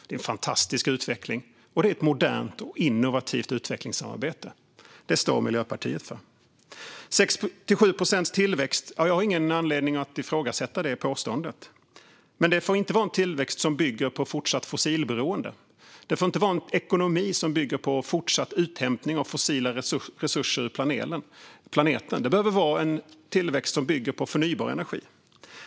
Det är en fantastisk utveckling, och det är ett modernt och innovativt utvecklingssamarbete. Det står Miljöpartiet för. När det gäller 6-7 procents tillväxt har jag ingen anledning att ifrågasätta detta påstående. Men det får inte vara en tillväxt som bygger på fortsatt fossilberoende. Det får inte vara en ekonomi som bygger på fortsatt uthämtning av fossila resurser ur planeten. Det behöver vara en tillväxt som bygger på förnybar energi.